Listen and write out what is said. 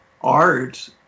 art